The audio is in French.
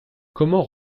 comment